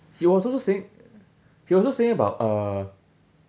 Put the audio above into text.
he was also saying he was also saying about uh